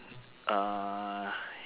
uh